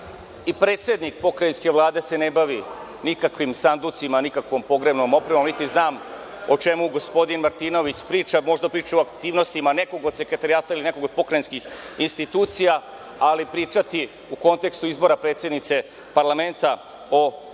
i predsednik Pokrajinske vlade se ne bavi nikakvim sanducima, nikakvom pogrebnom opremom, niti znam o čemu gospodin Martinović priča. Možda priča o aktivnostima nekog od sekretarijata ili nekog od pokrajinskih institucija, ali pričati u kontekstu izbora predsednice parlamenta o mrtvačkoj,